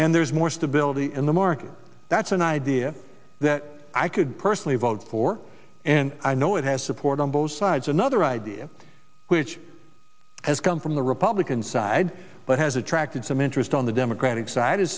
and there's more stability in the market that's an idea that i could personally vote for and i know it has support on both sides another idea which has come from the republican side but has attracted some interest on the democratic